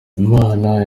imana